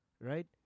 right